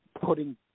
putting –